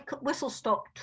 whistle-stop